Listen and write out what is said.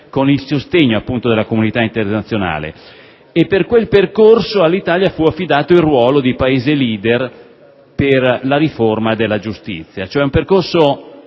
con il sostegno - appunto - della comunità internazionale. Per quel percorso, all'Italia fu affidato il ruolo di Paese *leader* per la riforma della giustizia: si è trattato